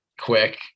quick